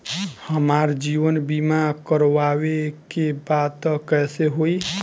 हमार जीवन बीमा करवावे के बा त कैसे होई?